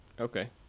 Okay